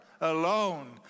alone